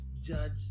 judge